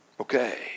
Okay